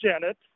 Janet